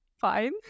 fine